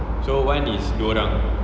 so one is dua orang